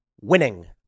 winning